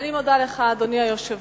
אני מודה לך, אדוני היושב-ראש.